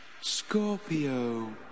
Scorpio